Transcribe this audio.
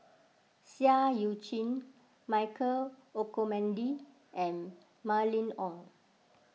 Seah Eu Chin Michael Olcomendy and Mylene Ong